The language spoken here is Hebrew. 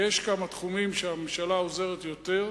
ויש כמה תחומים שהממשלה עוזרת יותר,